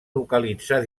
localitzar